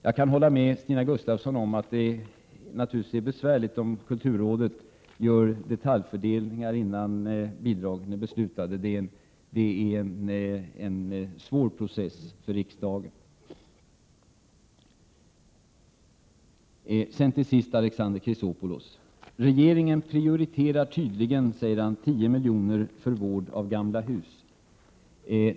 Jag kan hålla med Stina Gustavsson om att det naturligtvis kan bli besvärligt om kulturrådet gör detaljfördelningar, innan bidragen är beslutade, men det är ju en svår beslutsprocess för riksdagen. Alexander Chrisopoulos säger att regeringen tydligen prioriterar vård av gamla hus med ett anslag på 10 miljoner.